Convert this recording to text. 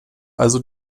also